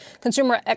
consumer